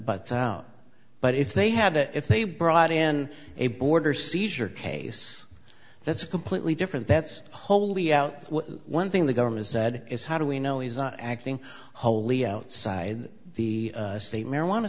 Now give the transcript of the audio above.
but but if they had it if they brought in a border seizure case that's a completely different that's wholly out one thing the government said is how do we know he's not acting wholly outside the state marijuana